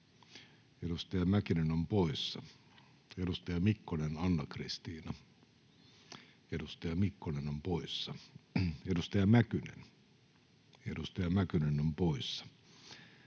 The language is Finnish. edustaja Mäkinen on poissa. Edustaja Anna-Kristiina Mikkonen, edustaja Mikkonen on poissa. Edustaja Mäkynen, edustaja Mäkynen on poissa.